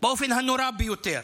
באופן הנורא ביותר?